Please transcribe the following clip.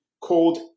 called